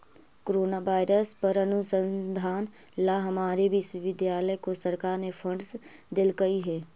corona virus पर अनुसंधान ला हमारे विश्वविद्यालय को सरकार ने फंडस देलकइ हे